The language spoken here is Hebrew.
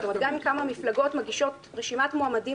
זאת אומרת שגם אם כמה מפלגות מגישות רשימת מועמדים